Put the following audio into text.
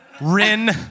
Rin